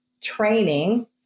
training